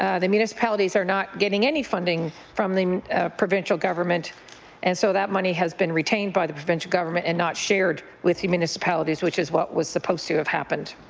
ah the municipalities are not getting any funding from the provincial government and so that money has been retained by the provincial government and not shared with the municipalities, which is what was supposed to have happened.